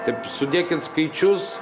taip sudėkit skaičius